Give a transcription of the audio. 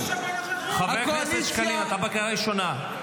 חבר הכנסת שקלים, אתה בקריאה ראשונה.